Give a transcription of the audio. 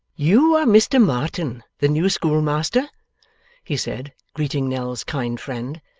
you are mr marton, the new schoolmaster he said, greeting nell's kind friend.